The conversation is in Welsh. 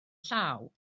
llaw